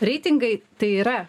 reitingai tai yra